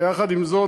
יחד עם זאת,